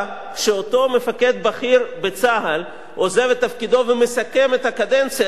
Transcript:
כשאותו מפקד בכיר בצה"ל עוזב את תפקידו ומסכם את הקדנציה שלו,